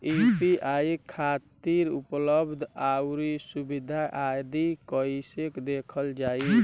UPI खातिर उपलब्ध आउर सुविधा आदि कइसे देखल जाइ?